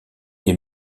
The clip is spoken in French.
est